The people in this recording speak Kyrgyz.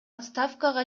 отставкага